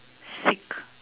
sick